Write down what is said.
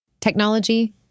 technology